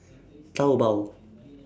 Taobao